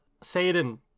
Satan